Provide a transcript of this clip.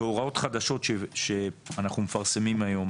בהוראות חדשות שאנחנו מפרסמים היום,